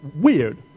weird